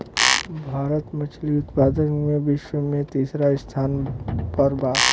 भारत मछली उतपादन में विश्व में तिसरा स्थान पर बा